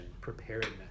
preparedness